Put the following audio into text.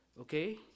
okay